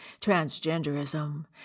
Transgenderism